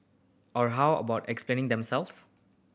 or how about explaining themselves